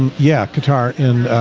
yeah, qatar and